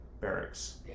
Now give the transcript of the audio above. barracks